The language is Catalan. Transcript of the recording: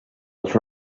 els